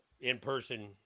in-person